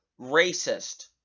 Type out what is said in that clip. racist